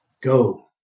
Go